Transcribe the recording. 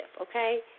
Okay